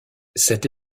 cette